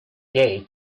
day